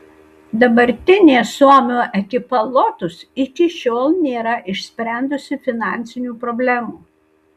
dabartinė suomio ekipa lotus iki šiol nėra išsprendusi finansinių problemų